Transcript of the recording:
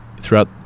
throughout